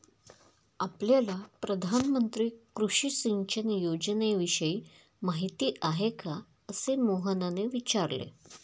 आपल्याला प्रधानमंत्री कृषी सिंचन योजनेविषयी माहिती आहे का? असे मोहनने विचारले